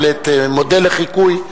מודל לחיקוי.